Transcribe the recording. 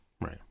right